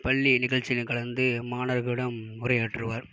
பள்ளி நிகழ்ச்சிகளில் கலந்து மாணவர்களிடம் உரையாற்றுவார்